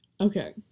okay